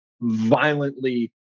violently